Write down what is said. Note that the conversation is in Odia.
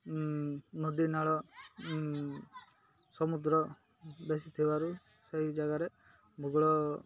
ନଦୀନାଳ ସମୁଦ୍ର ବେଶୀ ଥିବାରୁ ସେଇ ଜାଗାରେ ଭୂଗୋଳ